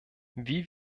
wie